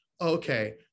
okay